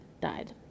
died